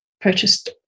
purchased